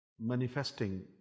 manifesting